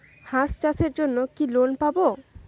হাঁস চাষের জন্য কি লোন পাব?